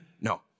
No